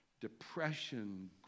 depression